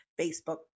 Facebook